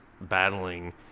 battling